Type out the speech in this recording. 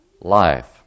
life